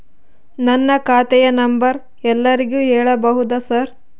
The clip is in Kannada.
ನನ್ನ ಖಾತೆಯ ನಂಬರ್ ಎಲ್ಲರಿಗೂ ಹೇಳಬಹುದಾ ಸರ್?